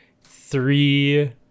three